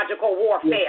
warfare